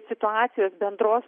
situacijos bendros